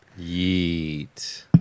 Yeet